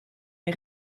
les